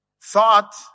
thought